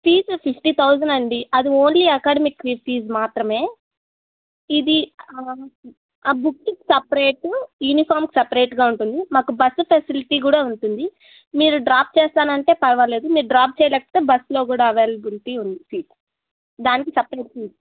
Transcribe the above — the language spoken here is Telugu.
ఫీజు ఫిఫ్టీ థౌజండ్ అండి అది ఓన్లీ అకాడమిక్ ఫీజ మాత్రమే ఇది ఆ బుక్స్ సపరేటు యూనిఫామ్కి సపరేట్గా ఉంటుంది మాకు బస్సు ఫెసిలిటీ కూడా ఉంటుంది మీరు డ్రాప్ చేస్తానంటే పర్వాలేదు మీరు డ్రాప్ చేయలేకపోతే బస్లో కూడా అవైలబిలిటీ ఉంది దానికి సపరేట్ ఫీజ్